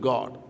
God